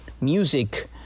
music